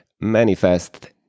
manifest